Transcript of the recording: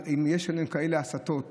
אם יש לנו כאלה הסתות,